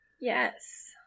Yes